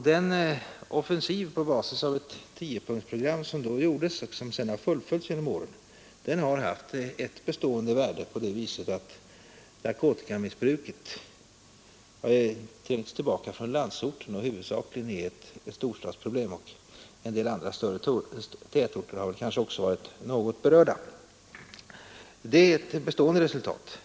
Den offensiv på basis av ett tiopunktsprogram, som då igångsattes och som sedan har fullföljts genom åren, har haft ett bestående värde på det viset att narkotikamissbruket har trängts tillbaka från landsorten och huvudsakligen nu är ett storstadsproblem. En del större tätorter har kanske också varit berörda av problemet. Det är ett bestående resultat.